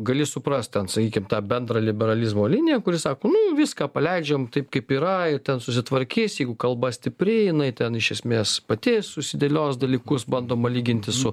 gali suprast ten sakykim tą bendrą liberalizmo liniją kuri sako nu viską paleidžiam taip kaip yra ir ten susitvarkys jeigu kalba stipri jinai ten iš esmės pati susidėlios dalykus bandoma lyginti su